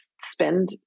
spend